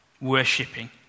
worshipping